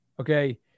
okay